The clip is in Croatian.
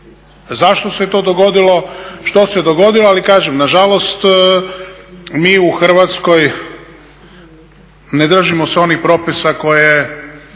Zašto se to dogodilo što se dogodilo, ali kažem, nažalost mi u Hrvatskoj ne držimo se onih propisa koje